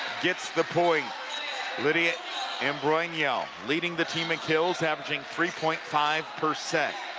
gets the point lydia imbrogno leading the team in kills, averaging three point five per set.